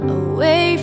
away